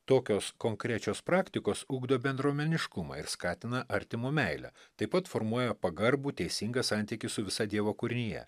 tokios konkrečios praktikos ugdo bendruomeniškumą ir skatina artimo meilę taip pat formuoja pagarbų teisingą santykį su visa dievo kūrinija